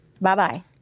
Bye-bye